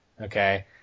okay